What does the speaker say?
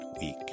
week